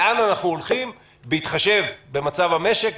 לאן אנחנו הולכים בהתחשב במצב המשק,